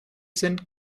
sind